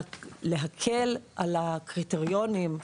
להקל על הקריטריונים.